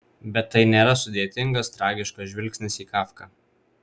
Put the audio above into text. bet tai nėra sudėtingas tragiškas žvilgsnis į kafką